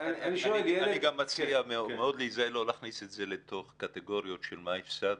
אני גם מציע מאוד להיזהר לא להכניס את זה לתוך קטגוריות של מה הפסדנו.